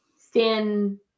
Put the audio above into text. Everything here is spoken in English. Stan